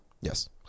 yes